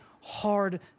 hard